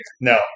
No